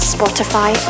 Spotify